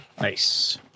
nice